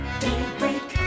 daybreak